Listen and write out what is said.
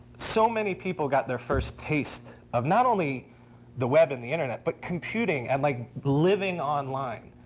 so many people got their first taste of not only the web and the internet but computing and like living online,